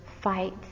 fight